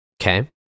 Okay